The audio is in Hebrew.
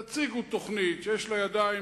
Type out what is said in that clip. תציגו תוכנית שיש לה ידיים,